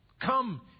Come